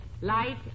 Light